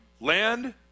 land